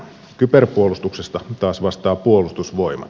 kyberpuolustuksesta taas vastaa puolustusvoimat